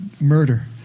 murder